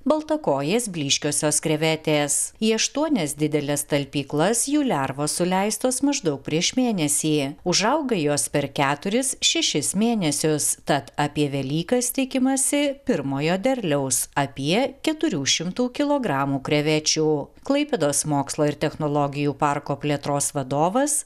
baltakojės blyškiosios krevetės į aštuonias dideles talpyklas jų lervos suleistos maždaug prieš mėnesį užauga jos per keturis šešis mėnesius tad apie velykas tikimasi pirmojo derliaus apie keturių šimtų kilogramų krevečių klaipėdos mokslo ir technologijų parko plėtros vadovas